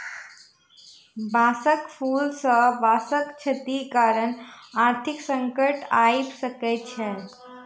बांसक फूल सॅ बांसक क्षति कारण आर्थिक संकट आइब सकै छै